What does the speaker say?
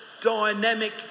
dynamic